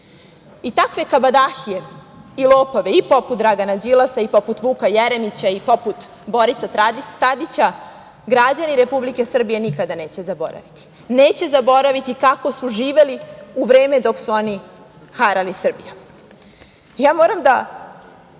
kabadahije i lopove i poput Dragana Đilasa i poput Vuka Jeremića i poput Borisa Tadića, građani Republike Srbije nikada neće zaboraviti. Neće zaboraviti kako su živeli u vreme dok su oni harali Srbijom. Moram da